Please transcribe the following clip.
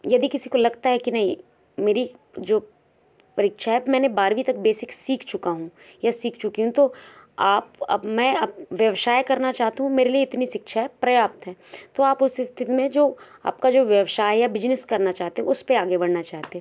यदि किसी को लगता है कि नहीं मेरी जो परीक्षा है मैंने बारहवीं तक बेसिक सीख चुका हूँ या सीख चुकी हूँ तो आप अब मैं व्यवसाय करना चाहती हूँ मेरे लिए इतनी शिक्षा पर्याप्त है तो आप उस स्थिति में जो आपका जो व्यवसाय या बिजनेस करना चाहते हैं उस पर आगे बढ़ना चाहते हो